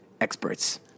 experts